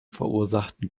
verursachten